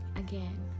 again